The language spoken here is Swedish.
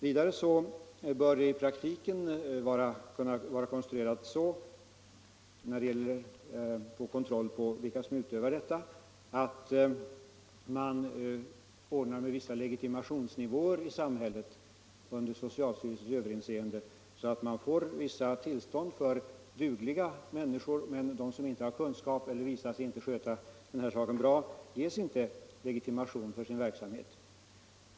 Vidare bör man i praktiken kunna utöva kontroll på dem som tillämpar olika behandlingsmetoder genom att man under socialstyrelsens överinseende inför olika legitimationsnivåer, så att dugliga människor får tillstånd, medan de som saknar kunskap eller visat sig inte kunna sköta sin verksamhet inte får någon legitimation.